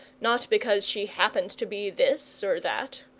not because she happened to be this or that.